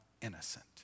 innocent